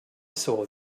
saw